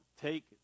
take